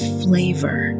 flavor